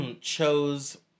Chose